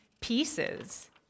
pieces